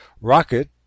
rocket